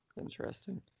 Interesting